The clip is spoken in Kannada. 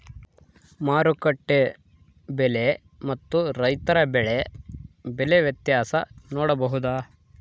ಮಾರುಕಟ್ಟೆ ಬೆಲೆ ಮತ್ತು ರೈತರ ಬೆಳೆ ಬೆಲೆ ವ್ಯತ್ಯಾಸ ನೋಡಬಹುದಾ?